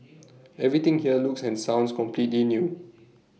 everything here looks and sounds completely new